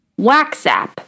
Waxap